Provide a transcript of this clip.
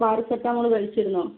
paracetamol കഴിച്ചിരുന്നോ